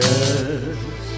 Yes